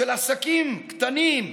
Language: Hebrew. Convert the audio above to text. של עסקים קטנים,